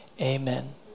amen